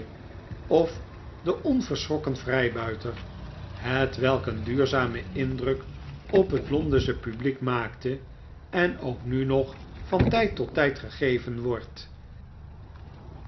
of de onverschrokken vrijbuiter hetwelk een duurzamen indruk op het londensche publiek maakte en ook nu nog van tijd tot tijd gegeven wordt